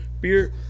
beer